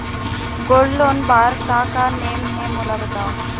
Gold loan बार का का नेम हे, मोला बताव?